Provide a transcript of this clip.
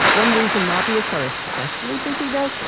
one reason lobbyists are especially busy though?